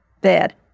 bad